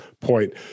point